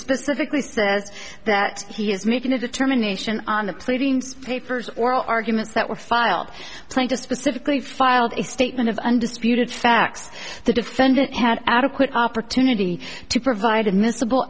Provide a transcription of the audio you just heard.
specifically says that he is making a determination on the pleadings papers oral arguments that were filed just specifically filed a statement of undisputed facts the defendant had adequate opportunity to provide admissible